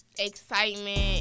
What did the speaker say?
Excitement